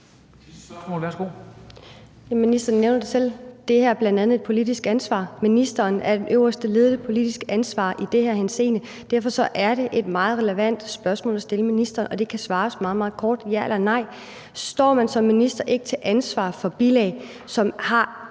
det her bl.a. er et politisk ansvar, og ministeren har det øverste og ledende politiske ansvar i den her henseende. Derfor er det et meget relevant spørgsmål at stille en minister, og det kan besvares meget, meget kort med ja eller nej. Står man som minister ikke til ansvar for bilag, uagtet